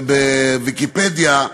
ב"ויקיפדיה"